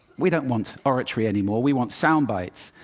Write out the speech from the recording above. we don't want oratory anymore we want sound bites.